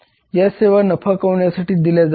या सेवा नफा कमविण्यासाठी दिल्या जातात